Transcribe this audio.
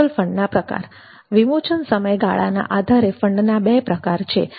mutual ફંડના પ્રકાર વિમોચન સમયગાળાના આધારે ફંડ ના બે પ્રકાર છે